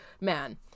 man